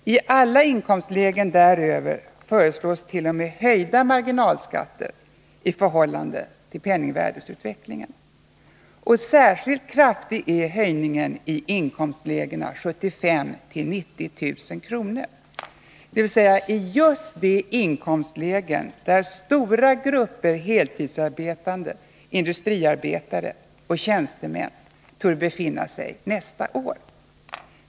I alla inkomstlägen däröver föreslås t.o.m. höjda marginalskatter i förhållande till penningvärdets utveckling. Särskilt kraftig är höjningen i inkomstlägena 75 000-90 000 kr., dvs. i just de inkomstlägen där stora grupper heltidsarbetande industriarbetare och tjänstemän torde befinna sig nästa år.